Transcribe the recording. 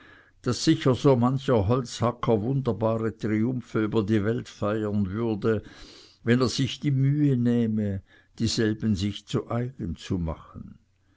daß sicher so mancher holzhacker wunderbare triumphe über die welt feiern würde wenn er sich die mühe nehmen täte dieselben sich zu eigen zu machen